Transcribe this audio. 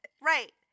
Right